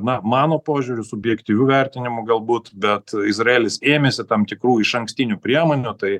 na mano požiūriu subjektyviu vertinimu galbūt bet izraelis ėmėsi tam tikrų išankstinių priemonių tai